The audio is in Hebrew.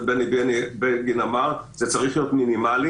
בני בגין אמר זה צריך להיות מינימלי,